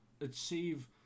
achieve